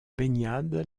baignade